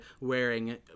wearing